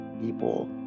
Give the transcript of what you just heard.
people